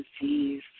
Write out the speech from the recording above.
disease